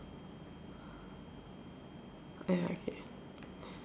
ya okay